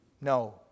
No